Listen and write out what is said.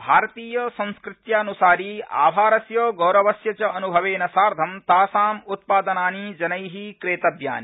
भारतीय संस्कृति प्रति आभारस्य गौरवस्य च अनुभवेन साधं तासां उत्पादनानि जनैः क्रेतव्यानि